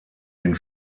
den